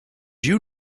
you